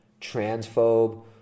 transphobe